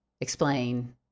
explain